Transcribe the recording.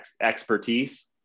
expertise